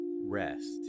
rest